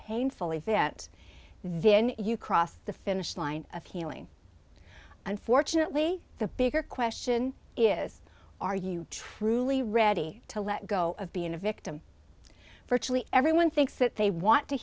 pain fully fit then you cross the finish line of healing unfortunately the bigger question is are you truly ready to let go of being a victim virtually everyone thinks that they want to